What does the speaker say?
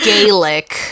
Gaelic